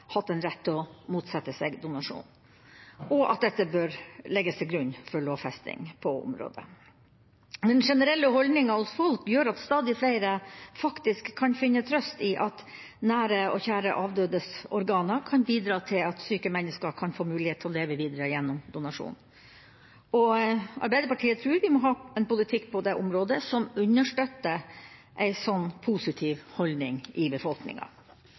hatt rett til å motsette seg donasjon, bør legges til grunn for lovfesting på området. Den generelle holdninga hos folk gjør at stadig flere faktisk kan finne trøst i at nære og kjære avdødes organer kan bidra til at syke mennesker kan få mulighet til å leve videre gjennom donasjon. Arbeiderpartiet tror vi må ha en politikk på dette området som understøtter en sånn positiv holdning i befolkninga.